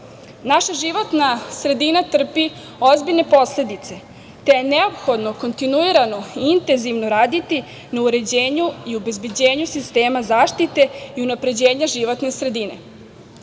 Naša životna sredina trpi ozbiljne posledice, te je neophodno kontinuirano i intenzivno raditi na uređenju i obezbeđenju sistema zaštite i unapređenja životne sredine.